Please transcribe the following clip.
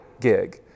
gig